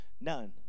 none